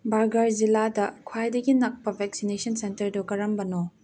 burger ꯖꯤꯂꯥꯗ ꯈ꯭ꯋꯥꯏꯗꯒꯤ ꯅꯛꯄ ꯚꯦꯛꯁꯤꯅꯦꯁꯟ ꯁꯦꯟꯇꯔꯗꯨ ꯀꯔꯝꯕꯅꯣ